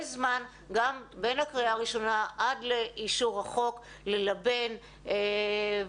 זמן גם בין הקריאה הראשונה עד לאישור החוק ללבן וקדימה,